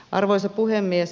arvoisa puhemies